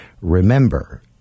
Remember